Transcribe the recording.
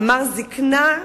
אמר: זיקנה,